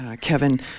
Kevin